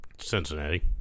Cincinnati